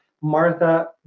Martha